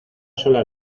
sola